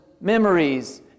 memories